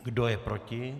Kdo je proti?